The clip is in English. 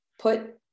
Put